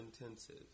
intensive